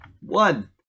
One